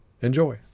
Enjoy